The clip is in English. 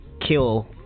kill